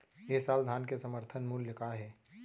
ए साल धान के समर्थन मूल्य का हे?